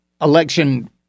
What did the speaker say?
election